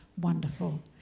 wonderful